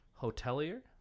hotelier